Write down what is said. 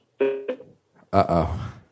Uh-oh